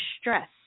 stress